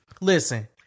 Listen